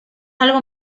algo